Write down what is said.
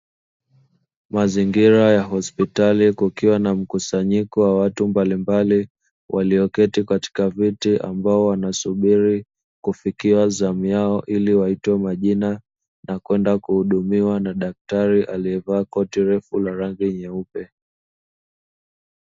Mazingira ya hospitali kukiwa na mkusanyiko wa watu mbalimbali walioketi katika viti, ambao wanasubiri kufikia zamu yao ili waitwe majina, na kwenda kuhudumiwa na daktari aliyevaa koti refu la rangi nyeupe.